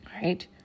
Right